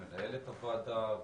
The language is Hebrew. מנהלת הוועדה,